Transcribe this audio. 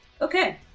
Okay